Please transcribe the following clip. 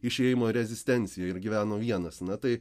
išėjimo rezistenciją ir gyveno vienas na tai